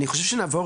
אני חושב שנעבור